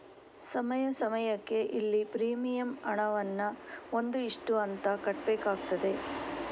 ಸಮಯ ಸಮಯಕ್ಕೆ ಇಲ್ಲಿ ಪ್ರೀಮಿಯಂ ಹಣವನ್ನ ಒಂದು ಇಷ್ಟು ಅಂತ ಕಟ್ಬೇಕಾಗ್ತದೆ